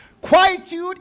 Quietude